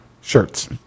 Shirts